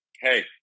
hey